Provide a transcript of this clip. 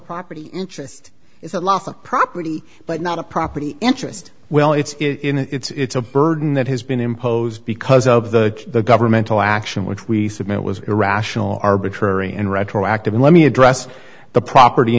property interest is a loss of property but not a property interest well it's it's a burden that has been imposed because of the the governmental action which we submit was irrational arbitrary and retroactive and let me address the property